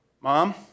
Mom